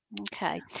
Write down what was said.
Okay